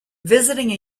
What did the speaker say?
visiting